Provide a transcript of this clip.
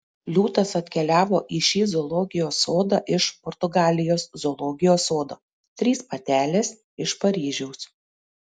liūtas atkeliavo į šį zoologijos sodą iš portugalijos zoologijos sodo trys patelės iš paryžiaus